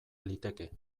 liteke